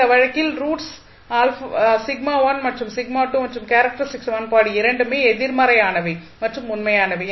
இந்த வழக்கில் ரூட்ஸ் மற்றும் மற்றும் கேரக்டரிஸ்டிக் சமன்பாடு இரண்டுமே எதிர்மறையானவை மற்றும் உண்மையானவை